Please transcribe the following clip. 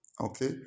Okay